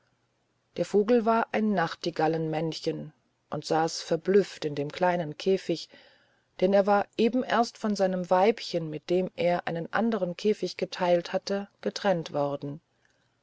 der vogel war ein nachtigallenmännchen und saß verblüfft in dem kleinen käfig denn er war eben erst von seinem weibchen mit dem er einen andern käfig geteilt hatte getrennt worden